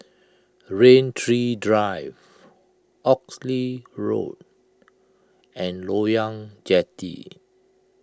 Rain Tree Drive Oxley Road and Loyang Jetty